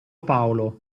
paolo